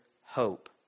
hope